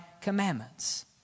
commandments